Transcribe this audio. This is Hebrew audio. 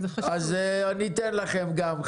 אתן לכם גם.